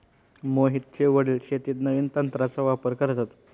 मोहितचे वडील शेतीत नवीन तंत्राचा वापर करतात